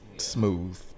smooth